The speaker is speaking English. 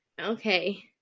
Okay